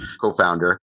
co-founder